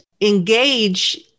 engage